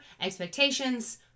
expectations